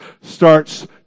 starts